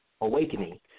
awakening